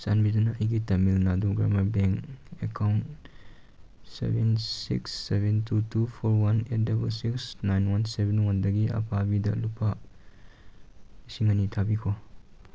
ꯆꯥꯟꯕꯤꯗꯨꯅ ꯑꯩꯒꯤ Tamil Nadu Grama bank account seven six seven two two four one eight double six nine one seven ꯋꯥꯟꯗꯒꯤ ꯑꯄꯥꯕꯤꯗ ꯂꯨꯄꯥ ꯂꯤꯁꯤꯡ ꯑꯅꯤ ꯊꯥꯕꯤꯈꯣ